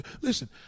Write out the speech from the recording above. listen